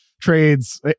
trades